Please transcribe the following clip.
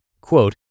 quote